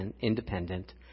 independent